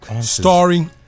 starring